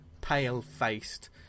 pale-faced